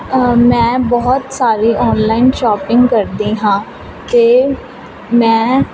ਮੈਂ ਬਹੁਤ ਸਾਰੀ ਆਨਲਾਈਨ ਸ਼ਾਪਿੰਗ ਕਰਦੀ ਹਾਂ ਕਿ ਮੈਂ